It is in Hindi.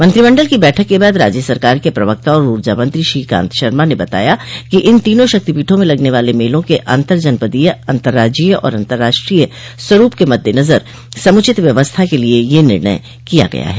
मंत्रिमंडल की बैठक के बाद राज्य सरकार के प्रवक्ता और ऊर्जा मंत्री श्रीकांत शर्मा ने बताया कि इन तीनों शक्तिपीठों म लगने वाले मेलों के अन्तर जनपदीय अतर्राज्यीय और अतराष्ट्रीय स्वरूप के मद्देनजर समुचित व्यवस्था के लिए यह निर्णय किया गया है